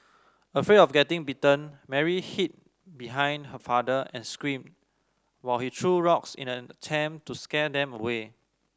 afraid of getting bitten Mary hid behind her father and screamed while he threw rocks in an attempt to scare them away